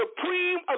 supreme